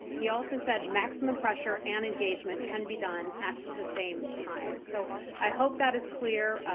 he also said maximum pressure and engagement can be done at the same time. so i hope that is clear.